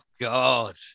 God